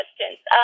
questions